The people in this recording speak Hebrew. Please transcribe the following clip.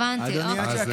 הבנתי, כבוד היושב-ראש.